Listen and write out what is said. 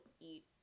eat